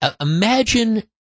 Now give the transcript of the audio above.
imagine